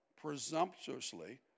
presumptuously